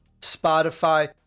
Spotify